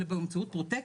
אלא באמצעות פרוטקציה,